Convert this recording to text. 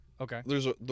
Okay